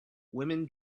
women